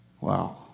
Wow